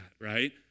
right